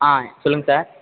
ஆ சொல்லுங்கள் சார்